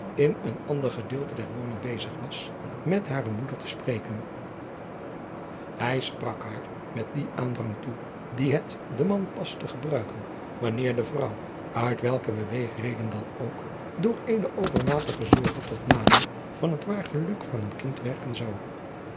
in een ander gedeelte der woning bezig was met hare moeder te spreken hij sprak haar met dien aandrang toe dien het den man past te gebruiken wanneer de vrouw uit welke beweegreden dan ook door eene overmatige zorge tot nadeel van het waar geluk van een kind werken zou